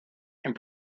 and